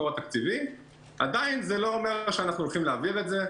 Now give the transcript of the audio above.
התקציבי עדיין זה לא אומר שהולכים להעביר את זה.